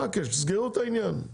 תסגרו את העניין.